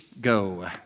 go